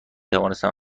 توانستم